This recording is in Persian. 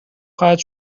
خواهد